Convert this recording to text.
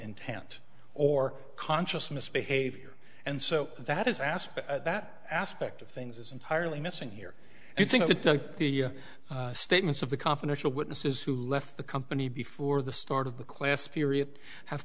intent or conscious misbehavior and so that is aspect that aspect of things is entirely missing here i think that the statements of the confidential witnesses who left the company before the start of the class period ha